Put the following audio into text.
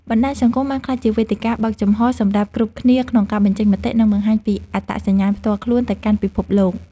បណ្តាញសង្គមបានក្លាយជាវេទិកាបើកចំហសម្រាប់គ្រប់គ្នាក្នុងការបញ្ចេញមតិ និងបង្ហាញពីអត្តសញ្ញាណផ្ទាល់ខ្លួនទៅកាន់ពិភពលោក។